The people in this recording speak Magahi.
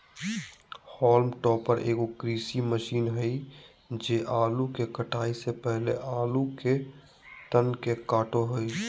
हॉल्म टॉपर एगो कृषि मशीन हइ जे आलू के कटाई से पहले आलू के तन के काटो हइ